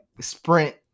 sprint